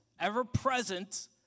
ever-present